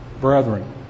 brethren